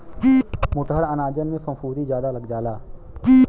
मोटहर अनाजन में फफूंदी जादा लग जाला